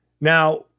now